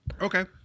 Okay